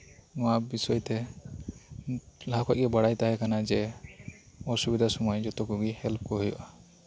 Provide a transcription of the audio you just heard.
ᱱᱚᱶᱟ ᱵᱤᱥᱚᱭ ᱛᱮ ᱞᱟᱦᱟ ᱠᱷᱚᱱᱜᱮ ᱵᱟᱲᱟᱭ ᱛᱟᱦᱮᱸ ᱠᱟᱱᱟ ᱡᱮ ᱚᱥᱩᱵᱤᱫᱷᱟ ᱥᱚᱢᱟᱹᱭ ᱡᱚᱛᱚ ᱠᱚᱜᱮ ᱦᱮᱞᱯ ᱠᱚ ᱦᱩᱭᱩᱜᱼᱟ